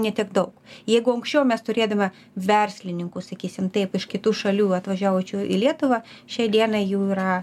ne tiek daug jeigu anksčiau mes turėdavome verslininkų sakysim taip iš kitų šalių atvažiavusių į lietuvą šiai dienai jų yra